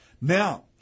Now